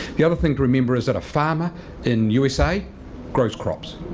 the other thing to remember is that a farmer in usa grows crops